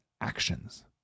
actions